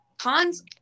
Cons